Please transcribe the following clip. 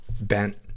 bent